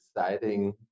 exciting